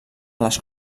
les